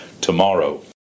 tomorrow